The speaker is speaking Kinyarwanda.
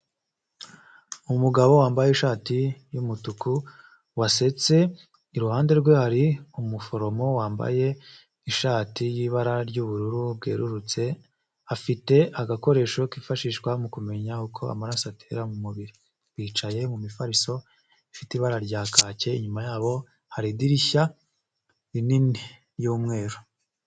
Umugabo wambaye ishati y'umutuku wasetse, iruhande rwe hari umuforomo wambaye ishati y'ibara ry'ubururu bwerurutse, afite agakoresho kifashishwa mu kumenya uko amaraso atera mu umubiri. Bicaye mu mifariso ifite ibara rya kake; inyuma yabo hari idirishya rinini y'umweru.